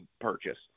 purchase